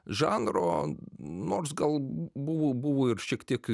žanro nors gal buvo buvo buvo ir šiek tiek